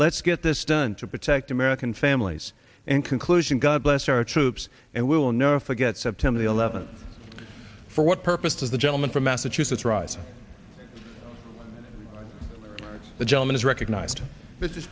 let's get this done to protect american families in conclusion god bless our troops and we will never forget september the eleventh for what purpose of the gentleman from massachusetts rise as the gentleman is recognized